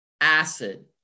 acid